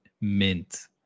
mint